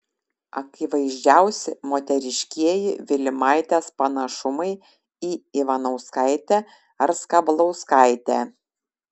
akivaizdžiausi moteriškieji vilimaitės panašumai į ivanauskaitę ar skablauskaitę